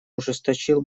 ужесточил